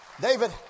David